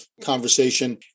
conversation